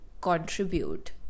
contribute